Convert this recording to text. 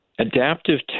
Adaptive